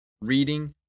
reading